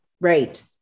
Right